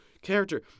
character